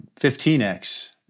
15x